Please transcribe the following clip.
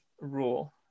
rule